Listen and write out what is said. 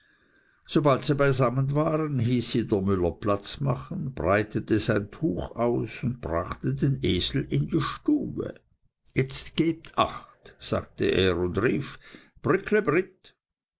sobald sie beisammen waren hieß sie der müller platz machen breitete sein tuch aus und brachte den esel in die stube jetzt gebt acht sagte er und rief